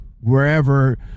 wherever